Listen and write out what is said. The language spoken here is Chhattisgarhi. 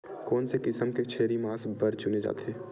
कोन से किसम के छेरी मांस बार चुने जाथे?